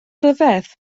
ryfedd